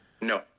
No